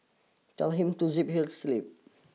tell him to zip his lip